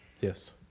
yes